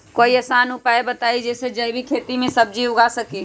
कोई आसान उपाय बताइ जे से जैविक खेती में सब्जी उगा सकीं?